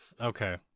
Okay